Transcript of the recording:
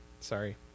Sorry